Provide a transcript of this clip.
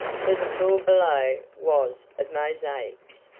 for the floor below was of mosaics,